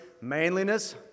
manliness